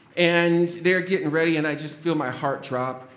and they're getting ready. and i just feel my heart drop.